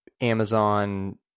Amazon